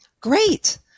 Great